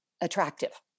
attractive